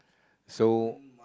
so